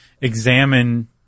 examine